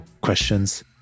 Questions